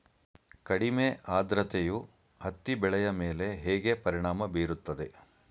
ಕಡಿಮೆ ಆದ್ರತೆಯು ಹತ್ತಿ ಬೆಳೆಯ ಮೇಲೆ ಹೇಗೆ ಪರಿಣಾಮ ಬೀರುತ್ತದೆ?